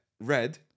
red